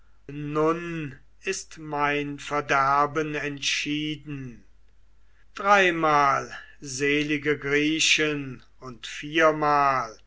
nun ist mein verderben entschieden dreimal selige griechen und viermal